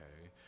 okay